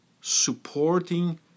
supporting